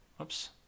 Oops